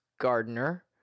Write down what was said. gardener